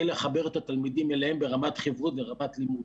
לחבר את התלמידים אליהם ברמת חיברות ורמת לימוד.